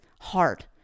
hard